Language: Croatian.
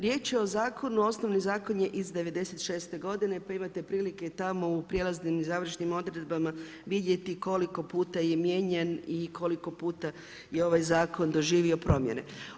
Riječ je o zakonu osnovni zakon je iz '96. godine pa imate prilike tamo i prijelaznim i završnim odredbama vidjeti koliko puta je mijenjan i koliko puta je ovaj zakon doživio promjene.